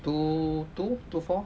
two two two four